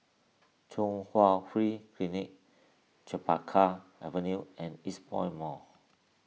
Chung Hwa Free Clinic Chempaka Avenue and Eastpoint Mall